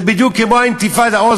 זה בדיוק כמו האינתיפאדה,